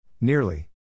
Nearly